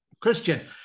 Christian